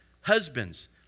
husbands